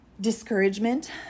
discouragement